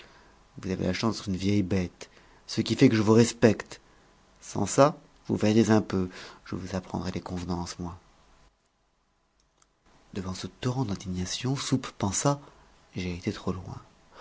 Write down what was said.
vous avez de la chance d'être une vieille bête ce qui fait que je vous respecte sans ça vous verriez un peu je vous apprendrais les convenances moi devant ce torrent d'indignation soupe pensa j'ai été trop loin